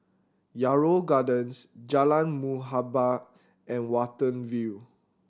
Yarrow Gardens Jalan Muhibbah and Watten View